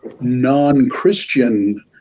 non-Christian